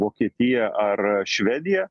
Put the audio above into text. ne vokietija ar švedija